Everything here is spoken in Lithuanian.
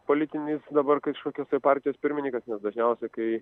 politinis dabar kažkokios tai partijos pirmininkas nes dažniausiai kai